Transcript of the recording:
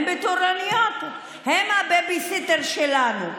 הם הבייביסיטר שלנו,